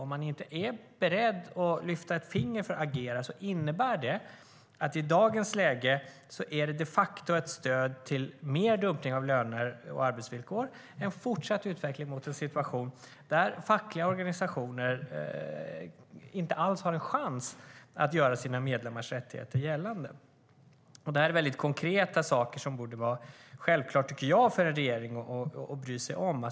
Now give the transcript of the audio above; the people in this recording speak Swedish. Är man inte beredd att lyfta ett finger för att agera innebär det i dagens läge de facto ett stöd för mer dumpning av löner och arbetsvillkor och en fortsatt utveckling mot en situation där fackliga organisationer inte har en chans att göra sina medlemmars rättigheter gällande. Det här är väldigt konkreta saker som borde vara självklara för en regering att bry sig om.